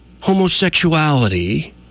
homosexuality